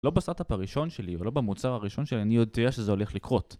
לא בסטארטאפ הראשון שלי, או לא במוצר הראשון שלי אני יודע שזה הולך לקרות